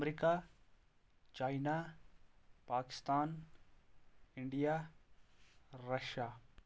America China Pakistan India Russia